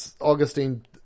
Augustine